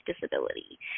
disability